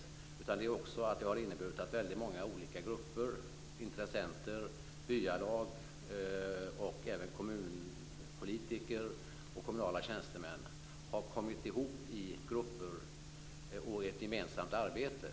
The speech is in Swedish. Det roliga är också att det har inneburit att många olika grupper, intressenter, byalag och även kommunpolitiker och kommunala tjänstemän har kommit ihop i grupper och i ett gemensamt arbete.